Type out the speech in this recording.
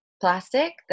plastic